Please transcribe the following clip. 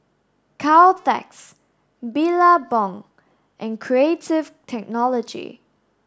Caltex Billabong and Creative Technology